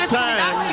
time